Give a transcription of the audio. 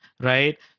Right